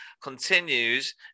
continues